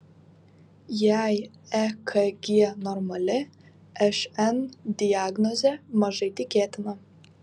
jei ekg normali šn diagnozė mažai tikėtina